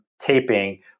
taping